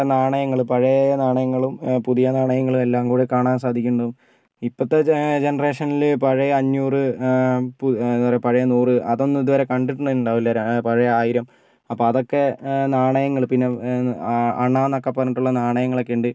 നാണയങ്ങൾ പഴയ നാണയങ്ങളും പുതിയ നാണയങ്ങളും എല്ലാം കൂടി കാണാൻ സാധിക്കുന്നു ഇപ്പോഴത്തെ ജന ജനറേഷനിൽ പഴയ അഞ്ഞൂറ് പു എന്താണ് പറയുക പഴയ നൂറ് അതൊന്നും ഇതുവരെ കണ്ടിട്ടുതന്നെ ഉണ്ടാവില്ല പഴയ ആയിരം അപ്പോൾ അതൊക്കെ നാണയങ്ങൾ പിന്നെ അണ എന്നൊക്കെ പറഞ്ഞിട്ടുള്ള നാണയങ്ങളൊക്കെ ഉണ്ട്